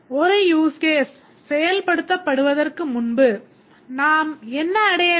ஒரு use case செயல்படுத்தப் படுவதற்கு முன்பு நாம் என்ன அடைய வேண்டும்